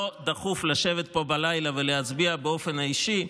לא דחוף לשבת פה בלילה ולהצביע באופן אישי,